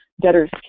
debtors